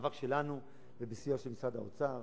במאבק שלנו ובסיוע של משרד האוצר,